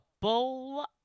bowl